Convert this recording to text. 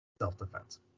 self-defense